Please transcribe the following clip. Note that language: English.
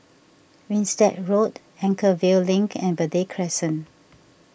Winstedt Road Anchorvale Link and Verde Crescent